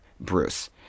Bruce